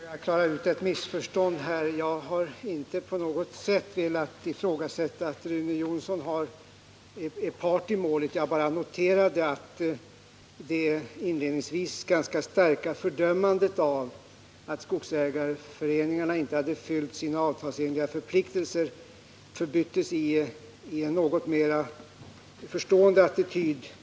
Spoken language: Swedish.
Fru talman! Får jag klara upp ett missförstånd. Jag har inte på något sätt velat gör gällande att Rune Jonsson är part i målet. Jag bara noterade att det inledningsvis ganska starka fördömandet av att skogsägarföreningarna inte hade uppfyllt sina förpliktelser enligt avtalet förbyttes i en något mera förstående attityd.